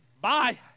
Bye